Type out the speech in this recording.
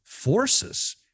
forces